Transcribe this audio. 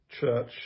church